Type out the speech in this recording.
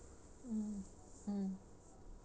um um